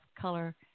Color